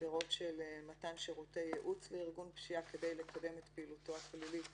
עבירות של מתן שירותי ייעוץ לארגון פשיעה כדי לקדם את פעילותו הפלילית